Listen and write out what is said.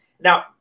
Now